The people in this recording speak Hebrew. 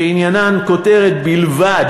שעניינן כותרת בלבד